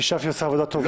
כי --- עושה עבודה טובה.